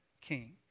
king